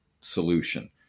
solution